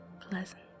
pleasant